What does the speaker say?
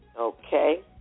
Okay